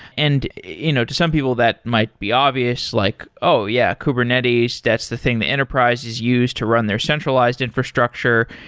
and you know to some people, that might be obvious, like, oh, yeah. kubernetes, that's the thing that enterprises use to run their centralized infrastructure,